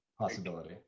possibility